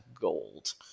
gold